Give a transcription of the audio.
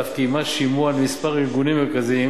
ואף קיימה שימוע לכמה ארגונים מרכזיים